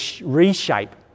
reshape